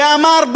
בא ואמר,